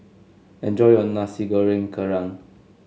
enjoy your Nasi Goreng Kerang